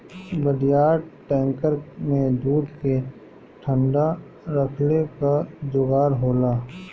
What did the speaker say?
बड़ियार टैंकर में दूध के ठंडा रखले क जोगाड़ होला